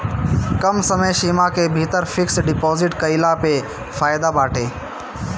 कम समय सीमा के भीतर फिक्स डिपाजिट कईला पअ फायदा बाटे